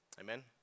Amen